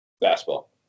basketball